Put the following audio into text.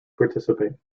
participate